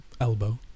elbow